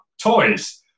toys